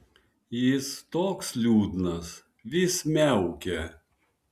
jis toks liūdnas vis miaukia